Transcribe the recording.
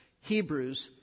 Hebrews